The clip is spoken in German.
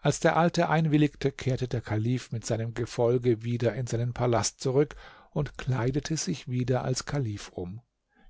als der alte einwilligte kehrte der kalif mit seinem gefolge wieder in seinen palast zurück und kleidete sich wieder als kalif um